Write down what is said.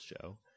Show